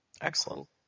Excellent